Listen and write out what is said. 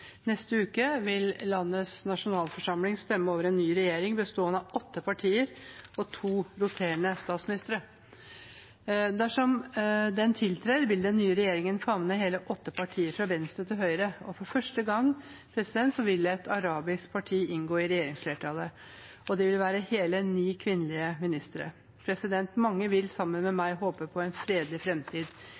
Neste uke vil landets nasjonalforsamling stemme over en ny regjering, bestående av åtte partier og to roterende statsministre. Dersom den tiltrer, vil den nye regjeringen favne hele åtte partier, fra venstre til høyre. For første gang vil et arabisk parti inngå i regjeringsflertallet, og det vil være hele ni kvinnelige ministre. Mange vil, sammen med meg, håpe på en